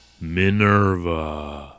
Minerva